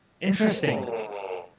Interesting